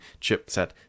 chipset